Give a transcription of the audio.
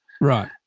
Right